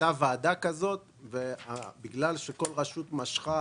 הייתה ועדה כזו, ובגלל שכל רשות משכה